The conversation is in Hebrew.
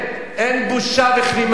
אין בושה וכלימה.